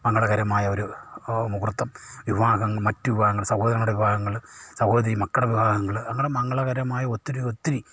മംഗളകരമായ ഒരു മുഹൂർത്തം വിവാഹം മറ്റു വിവാഹങ്ങൾ സഹോദരങ്ങളുടെ വിവാഹങ്ങൾ സഹോദരി മക്കളുടെ വിവാഹങ്ങൾ അങ്ങനെ മംഗളകരമായ ഒത്തിരി ഒത്തിരി